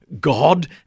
God